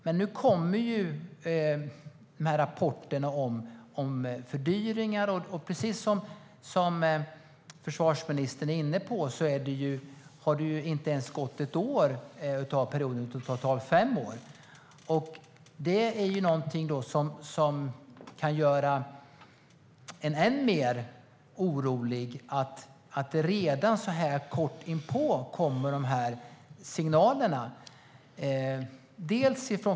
Men nu kommer rapporterna om fördyringar, och precis som försvarsministern sa har det inte ens gått ett år av periodens totala fem år. Det gör mig än mer orolig att dessa signaler kommer så här tidigt.